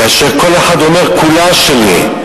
כאשר כל אחד אומר "כולה שלי",